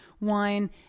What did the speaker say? wine